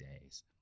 days